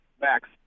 Max